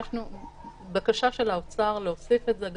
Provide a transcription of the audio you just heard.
בקשה של האוצר להוסיף את זה.